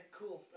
cool